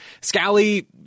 Scally